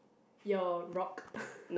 your rock